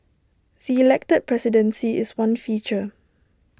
the elected presidency is one feature